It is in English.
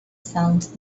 sounds